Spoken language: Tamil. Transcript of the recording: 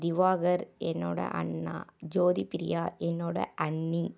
திவாகர் என்னோட அண்ணா ஜோதிப்பிரியா என்னோட அண்ணி